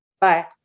Bye